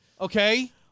Okay